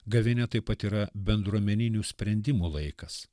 gavėnia taip pat yra bendruomeninių sprendimų laikas